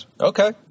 okay